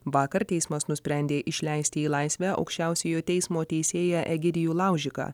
vakar teismas nusprendė išleisti į laisvę aukščiausiojo teismo teisėją egidijų laužiką